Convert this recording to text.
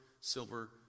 silver